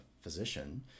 physician